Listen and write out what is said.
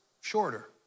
shorter